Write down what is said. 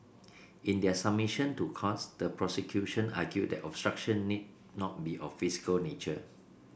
in their submission to courts the prosecution argued that obstruction need not be of physical nature